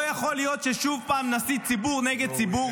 לא יכול להיות ששוב נסית ציבור נגד ציבור.